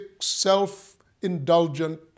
self-indulgent